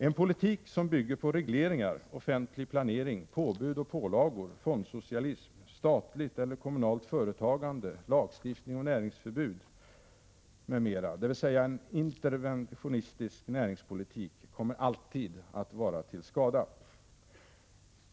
En politik som bygger på regleringar, offentlig planering, påbud och pålagor, fondsocialism, statligt eller kommunalt företagande, lagstiftning om näringsförbud, dvs. en interventionistisk näringspolitik, kommer alltid att vara till skada.